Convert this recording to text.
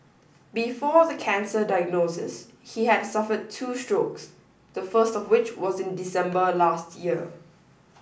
before the cancer diagnosis he had suffered two strokes the first of which was in December last year